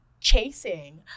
chasing